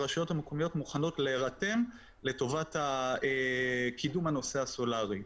שהרשויות המקומיות מוכנות להירתם לטובת קידום הנושא הסולארי.